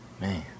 Man